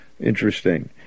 Interesting